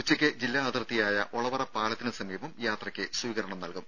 ഉച്ചയ്ക്ക് ജില്ലാ അതിർത്തിയായ ഒളവറ പാലത്തിന് സമീപം യാത്രയ്ക്ക് സ്വീകരണം നൽകും